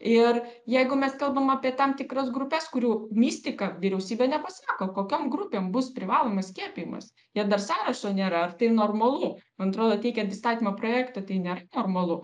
ir jeigu mes kalbam apie tam tikras grupes kurių mistika vyriausybė nepasako kokiom grupėm bus privalomas skiepijimas ir dar sąrašo nėra ar tai normalu man atrodo teikiant įstatymo projektą tai nėra normalu